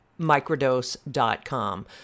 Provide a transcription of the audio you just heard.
microdose.com